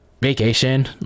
vacation